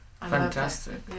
Fantastic